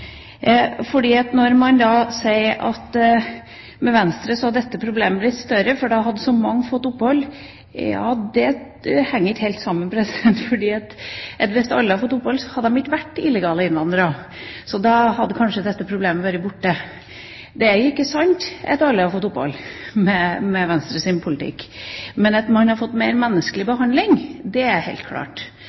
Man sier at med Venstres politikk ville dette problemet blitt større, for da hadde så mange fått opphold. Det henger ikke helt sammen. Hvis alle hadde fått opphold, ville de ikke vært illegale innvandrere. Da hadde kanskje dette problemet vært borte. Det er ikke sant at alle ville fått opphold med Venstres politikk. Men at man hadde fått mer menneskelig behandling, er helt klart.